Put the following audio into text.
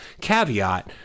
caveat